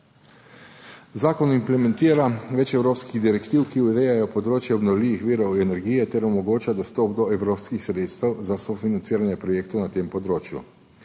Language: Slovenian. Zakon implementira več evropskih direktiv, ki urejajo področje obnovljivih virov energije ter omogoča dostop do evropskih sredstev za sofinanciranje projektov na tem področju.